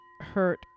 hurt